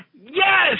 Yes